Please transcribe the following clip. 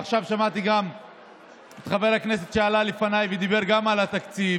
עכשיו שמעתי את חבר הכנסת שדיבר לפניי ודיבר גם על התקציב